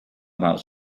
about